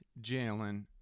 Jalen